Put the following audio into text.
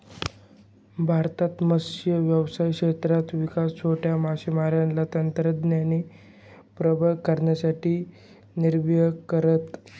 भारतात मत्स्य व्यावसायिक क्षेत्राचा विकास छोट्या मासेमारांना तंत्रज्ञानाने प्रबळ करण्यासाठी निर्भर करत